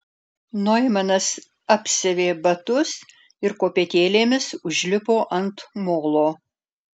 noimanas apsiavė batus ir kopėtėlėmis užlipo ant molo